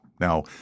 Now